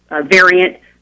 variant